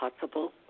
possible